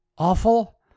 awful